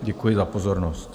Děkuji za pozornost.